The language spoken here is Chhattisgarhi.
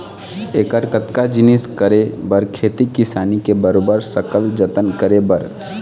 ऐकर अतका जिनिस करे बर खेती किसानी के बरोबर सकल जतन करे बर